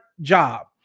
job